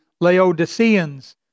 Laodiceans